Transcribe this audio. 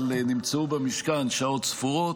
אבל נמצאו במשכן שעות ספורות.